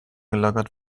gelagert